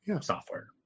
software